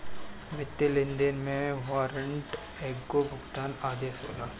वित्तीय लेनदेन में वारंट एगो भुगतान आदेश होला